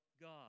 God